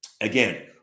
Again